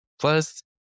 Plus